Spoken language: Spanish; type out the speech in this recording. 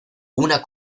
una